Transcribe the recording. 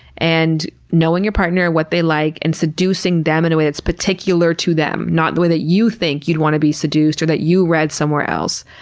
and knowing your partner, and what they like, and seducing them in a way that's particular to them, not the way that you think you'd want to be seduced or that you read somewhere else.